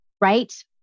right